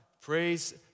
Praise